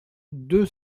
deux